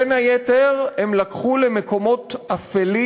בין היתר, הם לקחו למקומות אפלים,